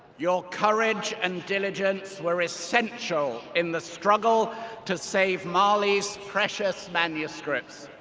your courage and diligence were essential in the struggle to save mali's precious manuscripts,